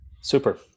Super